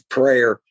prayer